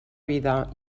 vida